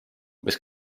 mis